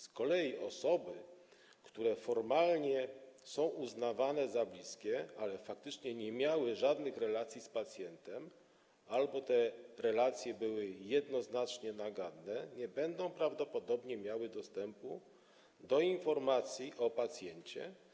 Z kolei osoby, które formalnie są uznawane za bliskie, ale faktycznie nie miały żadnych relacji z pacjentem albo te relacje były jednoznacznie naganne, nie będą prawdopodobnie miały dostępu do informacji o pacjencie.